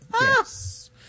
Yes